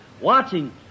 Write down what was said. watching